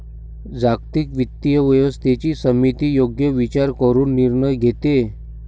जागतिक वित्तीय व्यवस्थेची समिती योग्य विचार करून निर्णय घेते